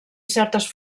certes